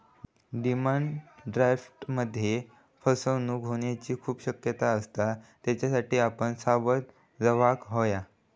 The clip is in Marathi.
डिमांड ड्राफ्टमध्ये फसवणूक होऊची खूप शक्यता असता, त्येच्यासाठी आपण सावध रेव्हूक हव्या